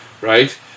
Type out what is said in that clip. right